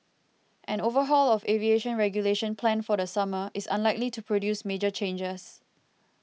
an overhaul of aviation regulation planned for the summer is unlikely to produce major changes